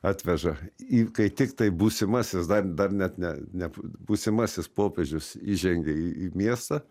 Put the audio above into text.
atveža į kai tiktai būsimasis dar dar net ne ne būsimasis popiežius įžengė į į miestą